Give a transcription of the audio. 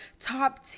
top